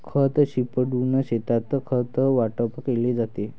खत शिंपडून शेतात खत वाटप केले जाते